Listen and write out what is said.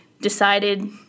decided